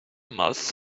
must